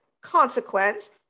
consequence